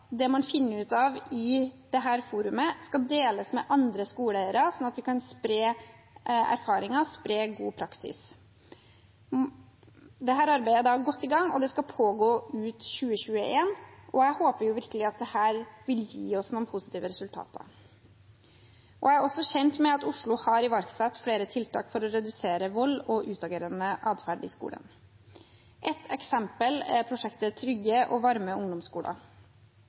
det man finner ut i dette forumet, skal deles med andre skoleeiere, slik at man kan spre erfaringer og god praksis. Dette arbeidet er godt i gang og skal pågå ut 2021. Jeg håper virkelig at dette vil gi noen oss noen positive resultater. Jeg er også kjent med at Oslo har iverksatt flere tiltak for å redusere vold og utagerende adferd i skolen. Ett eksempel er prosjektet «Trygge og varme ungdomsskoler».